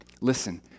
Listen